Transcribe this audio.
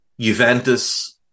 Juventus